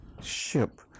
ship